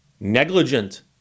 negligent